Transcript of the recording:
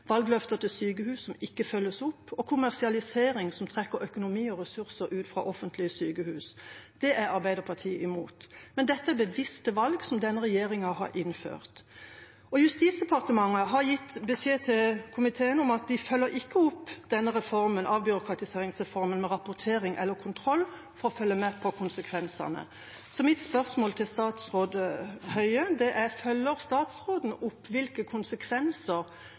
valgløfter til sykehus som ikke følges opp, og kommersialisering, som trekker økonomi og ressurser ut fra offentlige sykehus – det er Arbeiderpartiet imot. Men dette er bevisste valg som denne regjeringen har innført. Justisdepartementet har gitt beskjed til komiteen om at de følger ikke opp denne reformen, avbyråkratiseringsreformen, med rapportering eller kontroll for å følge med på konsekvensene. Så mitt spørsmål til statsråd Høie er: Følger statsråden opp hvilke konsekvenser